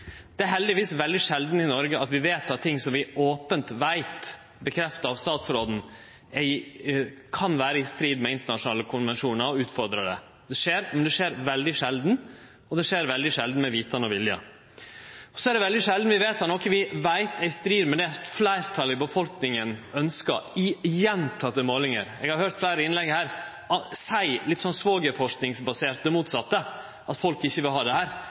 Det er heldigvis veldig sjeldan at vi i Noreg vedtek ting som vi opent veit – bekrefta av statsråden – kan vere i strid med internasjonale konvensjonar, og utfordrar dei. Det skjer, men det skjer veldig sjeldan, og det skjer veldig sjeldan med vitande og vilje. Det er òg veldig sjeldan vi vedtek noko vi veit er i strid med det fleirtalet i befolkninga ønskjer, i gjentekne målingar. Eg har høyrt fleire innlegg her som litt svogerforskingsbasert seier det motsette, at folk ikkje vil ha dei her.